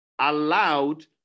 allowed